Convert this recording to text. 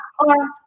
or-